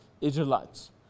Israelites